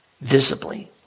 visibly